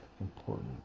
important